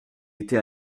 était